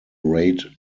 rate